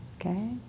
Okay